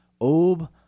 Ob